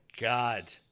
god